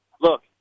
look